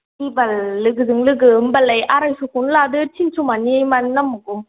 दे बाल लोगोजों लोगो होमबालाय आरायस'खौनो लादो थिनस' मानि मानो नांबावगौ